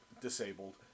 disabled